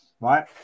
right